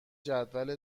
جدول